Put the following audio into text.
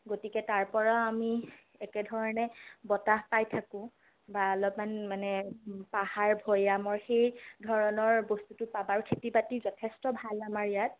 গতিকে তাৰ পৰা আমি একেধৰণে বতাহ পাই থাকো বা অলপমান মানে পাহাৰ ভৈয়ামৰ সেই ধৰণৰ বস্তুটো পাবা আৰু খেতি বাতি যথেষ্ট ভাল আমাৰ ইয়াত